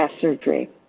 surgery